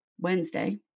Wednesday